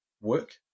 work